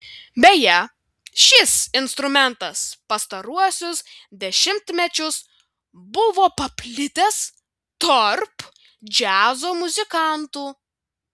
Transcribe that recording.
beje šis instrumentas pastaruosius dešimtmečius buvo paplitęs tarp džiazo muzikantų